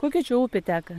kokia čia upė teka